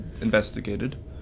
investigated